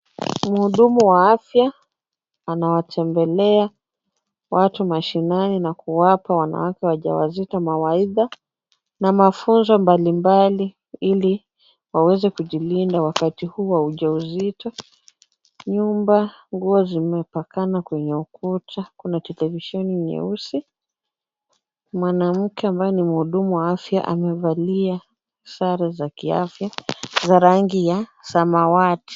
Mhudumu wa afya anawatembelea watu mashinani na kuwapa wanawake wajawazito mawaidha na mafunzo mbalimbali ili waweze kujilinda wakati huu wa ujauzito. Nyumba, nguo zimepakana kwenye ukuta, kuna televisheni nyeusi mikononi mwa afya amevalia sare za rangi ya samawati.